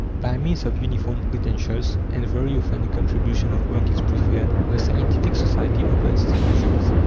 by means of uniform credentials and very often a contribution of work is preferred the scientific society opens its museums,